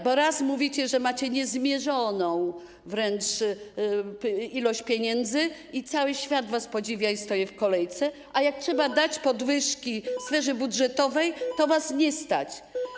Bo raz mówicie, że macie niezmierzoną wręcz ilość pieniędzy i cały świat was podziwia i stoi w kolejce, a jak trzeba dać podwyżki sferze budżetowej, to was na to nie stać.